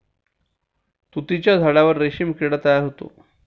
तुतीच्या झाडावर रेशीम किडा तयार होतो